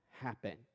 happen